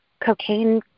cocaine